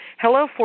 Hello